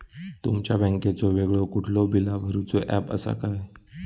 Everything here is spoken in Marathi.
तुमच्या बँकेचो वेगळो कुठलो बिला भरूचो ऍप असा काय?